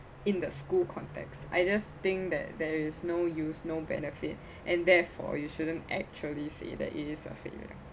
in the school context I just think that there is no use no benefit and therefore you shouldn't actually say that it is a failure